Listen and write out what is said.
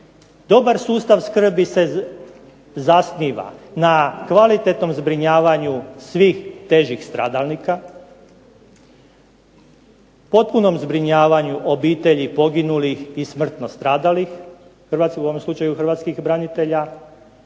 Dobar sustav skrbi se zasniva na kvalitetnom zbrinjavanju svih težih stradalnika, potpunom zbrinjavanju obitelji poginulih i smrtno stradalih u ovom slučaju hrvatskih branitelja